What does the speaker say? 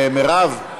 מרב.